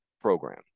program